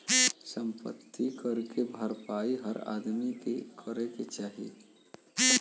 सम्पति कर के भरपाई हर आदमी के करे क चाही